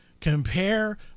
compare